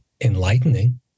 enlightening